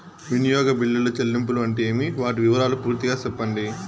వినియోగ బిల్లుల చెల్లింపులు అంటే ఏమి? వాటి వివరాలు పూర్తిగా సెప్పండి?